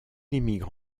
émigre